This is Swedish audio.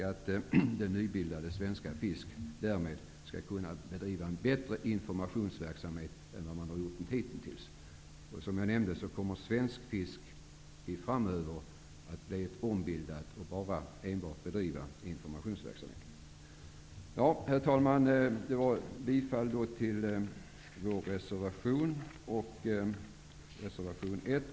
Det nybildade Svensk Fisk kan därmed bedriva en bättre informationsverksamhet än vad man hitintills har gjort. Som jag nämnde kommer Svensk Fisk framöver att bli ombildat och enbart bedriva informationsverksamhet. Herr talman! Jag yrkar bifall till vår reservation 1